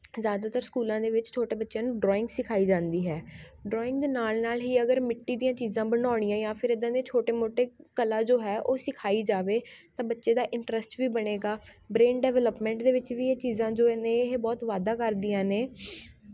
ਜ਼ਿਆਦਾਤਰ ਸਕੂਲਾਂ ਦੇ ਵਿੱਚ ਛੋਟੇ ਬੱਚਿਆਂ ਨੂੰ ਡਰੋਇੰਗ ਸਿਖਾਈ ਜਾਂਦੀ ਹੈ ਡਰੋਇੰਗ ਦੇ ਨਾਲ ਨਾਲ ਹੀ ਅਗਰ ਮਿੱਟੀ ਦੀਆਂ ਚੀਜ਼ਾਂ ਬਣਾਉਣੀਆਂ ਜਾਂ ਫਿਰ ਇੱਦਾਂ ਦੇ ਛੋਟੇ ਮੋਟੇ ਕਲਾ ਜੋ ਹੈ ਉਹ ਸਿਖਾਈ ਜਾਵੇ ਤਾਂ ਬੱਚੇ ਦਾ ਇੰਟਰਸਟ ਵੀ ਬਣੇਗਾ ਬ੍ਰੇਨ ਡਵੈਲਪਮੈਂਟ ਦੇ ਵਿੱਚ ਵੀ ਇਹ ਚੀਜ਼ਾਂ ਜੋ ਨੇ ਇਹ ਬਹੁਤ ਵਾਧਾ ਕਰਦੀਆਂ ਨੇ